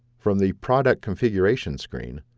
from the product configuration screen,